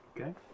Okay